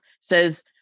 says